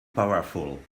powerful